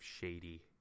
shady